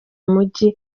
mujyi